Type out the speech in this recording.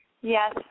Yes